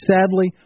Sadly